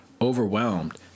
overwhelmed